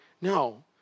no